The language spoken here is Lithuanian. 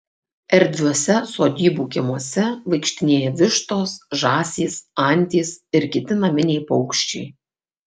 erdviuose sodybų kiemuose vaikštinėja vištos žąsys antys ir kiti naminiai paukščiai